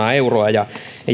ja